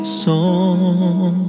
song